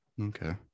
okay